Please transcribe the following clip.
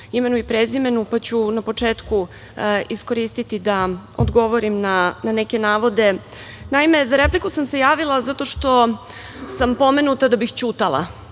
imenu i prezimenu pa ću na početku iskoristiti da odgovorim na neke navode. Naime, za repliku sam se javila zato što sam pomenuta da bih ćutala